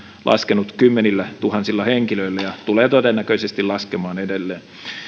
laskenut kymmenillätuhansilla henkilöillä ja tulee todennäköisesti laskemaan edelleen